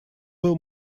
был